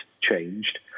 changed